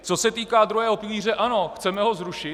Co se týká druhého pilíře, ano, chceme ho zrušit.